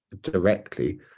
directly